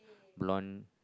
bronze